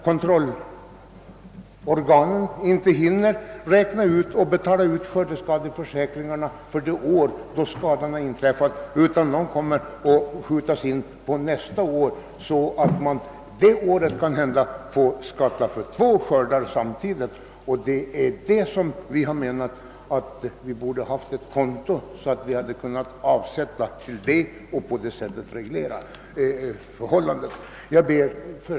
Kon trollorganen hinner inte räkna fram och betala ut skördeskadeförsäkringsbeloppen under det år som de avser, utan de utfaller ofta inte förrän nästa år, och då blir vederbörande jordbrukare beskattad för två skördar under samma år. Vi menar därför att det borde finnas möjlighet att avsätta sådana medel på ett konto, varigenom förhållandet kunde regleras.